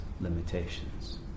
limitations